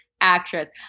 actress